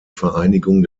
vereinigung